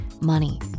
money